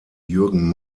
jürgen